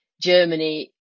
Germany